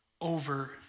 over